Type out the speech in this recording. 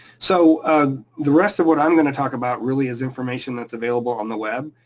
so the rest of what i'm gonna talk about really is information that's available on the web.